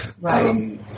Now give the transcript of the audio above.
Right